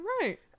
Right